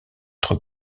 être